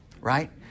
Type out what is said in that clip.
Right